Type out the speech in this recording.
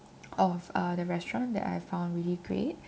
of uh the restaurant that I found really great